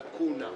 לאקונה,